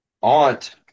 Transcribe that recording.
aunt